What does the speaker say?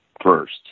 first